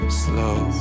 slow